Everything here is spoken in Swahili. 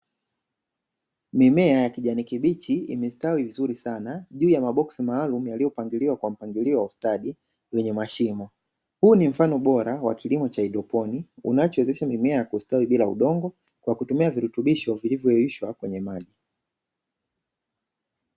Mimea ya kijani kibichi imestawi vizuri sana juu ya maboksi maalumu yaliyopangiliwa kwa mpangilio wa ustadi kwenye mashimo. Huu ni mfano bora wa kilimo cha haidroponi unachowezesha mimea kustawi bila udongo kwa kutumia virutubisho vilivyoyeyushwa kwenye maji.